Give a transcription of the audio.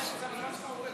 עכשיו הזמן שלך עובד.